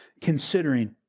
considering